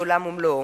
זה עולם ומלואו.